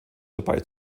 dabei